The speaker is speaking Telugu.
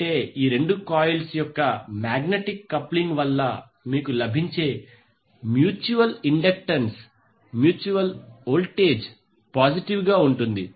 అంటే ఈ రెండు కాయిల్స్ యొక్క మాగ్నెటిక్ కప్లింగ్ వల్ల మీకు లభించే mutual inductance mutual voltage positive గా ఉంటుంది